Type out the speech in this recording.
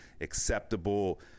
acceptable